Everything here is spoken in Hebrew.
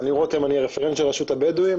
אני רפרנט של הרשות הבדואית,